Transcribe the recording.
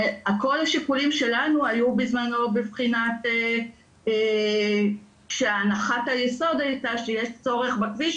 הכל שיקולים שלנו היו בבחינת שהנחת היסוד הייתה שיש צורך בכביש,